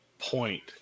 point